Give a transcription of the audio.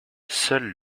seul